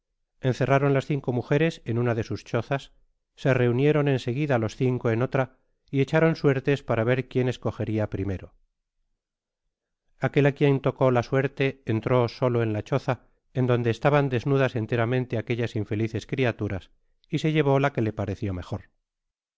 encerraron las cinco mujeres en una de sus chozas se reunieron enseguida los cinco en otra y echaran suertes para ver quién escogeria primero aquel á quien tocó la suerte entró solo en la choza en donde estaban desnudas enteramente aquellas infelices criaturas y se llevó la que le pareció mejor